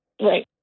Right